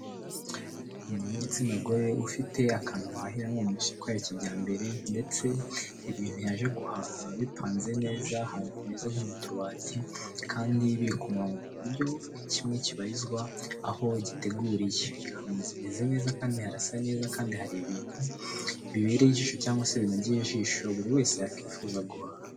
Umuntu w'igitsina gore ufite akantu bahahiramo mu masoko ya kijyambere ndetse ibintu yaje guhaha bipanze neza ahantu hameze nko mu tubati, kandi biri ku murongo ku buryo buri kimwe kibarizwa aho giteguriye, hameze neza kandi harasa neza kandi hari ibintu bibereye ijisho cyangwa se binogeye ijisho, buri wese yakifuza guhaha.